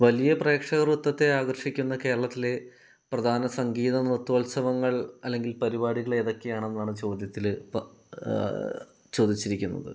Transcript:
വലിയ പ്രേക്ഷകർ വൃത്തത്തെ ആകർഷിക്കുന്ന കേരളത്തിലെ പ്രധാന സംഗീത നൃത്തോത്സവങ്ങൾ അല്ലെങ്കിൽ പരിപാടികൾ ഏതൊക്കെയാണെന്നാണ് ചോദ്യത്തിൽ ഇപ്പോൾ ചോദിച്ചിരിക്കുന്നത്